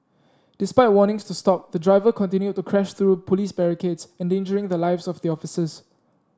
despite warnings to stop the driver continued to crash through police barricades endangering the lives of the officers